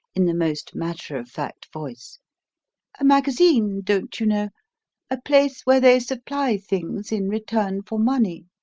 in the most matter-of-fact voice a magazine, don't you know a place where they supply things in return for money.